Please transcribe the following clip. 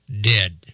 Dead